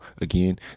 Again